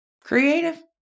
creative